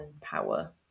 power